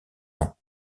ans